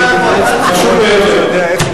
בשארם-א-שיח'.